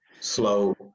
slow